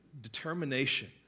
determination